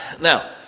Now